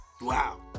wow